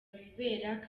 bibera